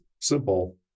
simple